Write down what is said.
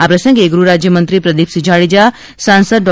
આ પ્રસંગે ગૃહ રાજ્યમંત્રીશ્રી પ્રદિપસિંહ જાડેજા સાસદ ડો